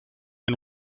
and